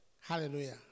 Hallelujah